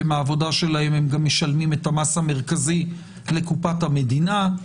ומהעבודה שלהם הם גם משלמים את המס המרכזי לקופת המדינה,